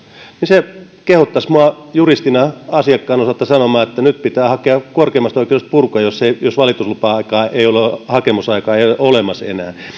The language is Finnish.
niin se kehottaisi minua juristina asiakkaan osalta sanomaan että nyt pitää hakea korkeimmasta oikeudesta purkua jos jos valitusluvan hakemisaikaa ei ole olemassa enää